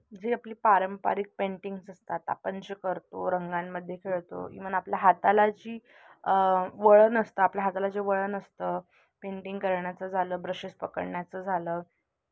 जी आपली पारंपरिक पेंटिंग्स असतात आपण जे करतो रंगांमध्ये खेळतो इवन आपल्या हाताला जे वळण असतं आपल्या हाताला जे वळण असतं पेंटिंग करण्याचं झालं ब्रशेस पकडण्याचं झालं